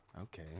Okay